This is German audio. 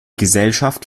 gesellschaft